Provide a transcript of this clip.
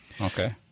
Okay